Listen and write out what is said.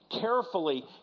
Carefully